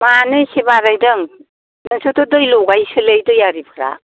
मानो इसे बारायदों नोंसोरथ' दै लगायोसोलै दैयारिफ्रा